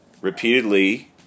repeatedly